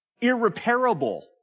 irreparable